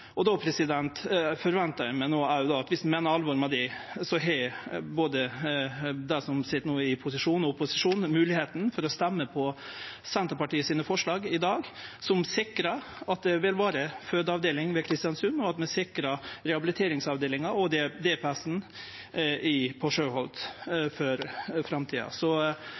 Kristiansund. Då forventar eg at dersom ein meiner alvor med det, har både dei som no sit i posisjon, og opposisjonen moglegheit til å røyste for Senterpartiets forslag i dag, som sikrar at det vil vere fødeavdeling i Kristiansund, og at vi sikrar rehabiliteringsavdelinga og DPS-en på Sjøholt for framtida. Eg håpar verkeleg at både opposisjonen og posisjonen kan støtte forslaga frå Senterpartiet når det kjem så